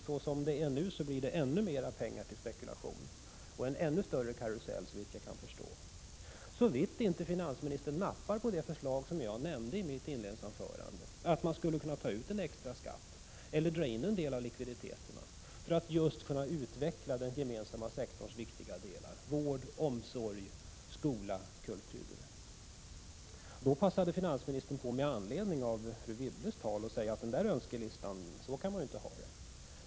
Så som det är nu blir det, såvitt jag kan förstå, ännu mer pengar till spekulation och en ännu större karusell, såvida inte finansministern nappar på det förslag som jag nämnde i mitt inledningsanförande, att man skulle kunna ta ut en extra skatt eller dra in en del av likviditeterna för att just kunna utveckla den gemensamma sektorns viktiga delar: vård, omsorg, skola, kultur. Finansministern passade på, med anledning av fru Wibbles anförande, att tala om önskelista. Så kan man ju inte ha det, sade han.